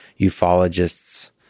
ufologists